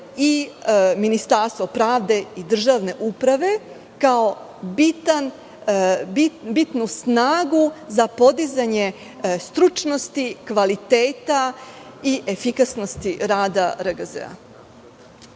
i Ministarstvo pravde i državne uprave kao bitnu snagu za podizanje stručnosti, kvaliteta i efikasnosti rada RGZ-a.